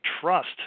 Trust